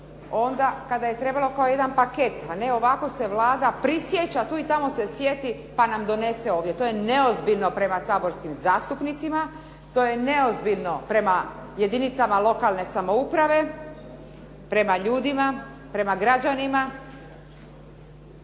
onda kada je trebalo kao jedan paket, a ne ovako se Vlada prisjeća, tu i tamo se sjeti pa nam donese ovdje. To je neozbiljno prema saborskim zastupnicima, to je neozbiljno prema jedinicama lokalne samouprave, prema ljudima, prema građanima.